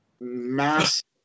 massive